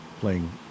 playing